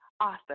author